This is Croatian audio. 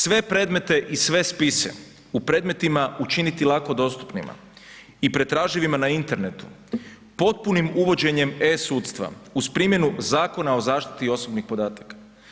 Sve predmete i sve spise u predmetima učiniti lako dostupnima i pretraživima na internetu potpunim uvođenjem e-sudstva uz primjenu Zakona o zaštiti osobnih podataka.